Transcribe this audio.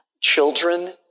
Children